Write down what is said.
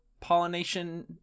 pollination